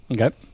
Okay